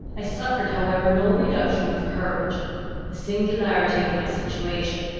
i suffered however no reduction of courage the singularity of my situation,